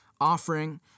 offering